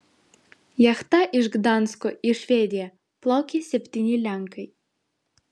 jachta iš gdansko į švediją plaukė septyni lenkai